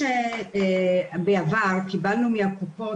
שבעבר קיבלנו מהקופות,